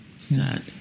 sad